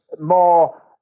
more